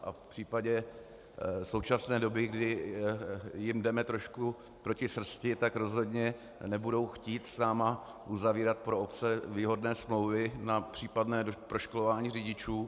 A v současné době, kdy jim jdeme trošku proti srsti, tak rozhodně nebudou chtít s námi uzavírat pro obce výhodné smlouvy na případné proškolování řidičů.